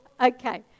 Okay